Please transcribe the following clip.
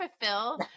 fulfill